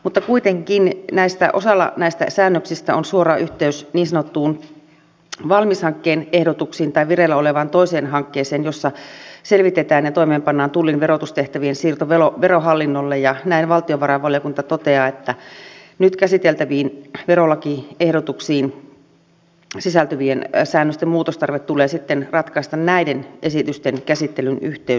mutta kuitenkin osalla näistä säännöksistä on suora yhteys niin sanotun valmis hankkeen ehdotuksiin tai vireillä olevaan toiseen hankkeeseen jossa selvitetään ja toimeenpannaan tullin verotustehtävien siirto verohallinnolle ja näin valtiovarainvaliokunta toteaa että nyt käsiteltäviin verolakiehdotuksiin sisältyvien säännösten muutostarve tulee sitten ratkaista näiden esitysten käsittelyn yhteydessä